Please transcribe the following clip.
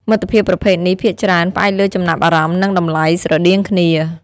មិត្តភាពប្រភេទនេះភាគច្រើន ផ្អែកលើចំណាប់អារម្មណ៍ និងតម្លៃ ស្រដៀងគ្នា។